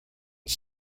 was